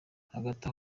hagati